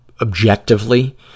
objectively